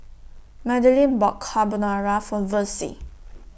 Madilynn bought Carbonara For Versie